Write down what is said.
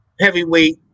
heavyweight